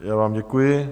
Já vám děkuji.